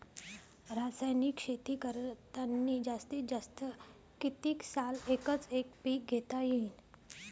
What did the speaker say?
रासायनिक शेती करतांनी जास्तीत जास्त कितीक साल एकच एक पीक घेता येईन?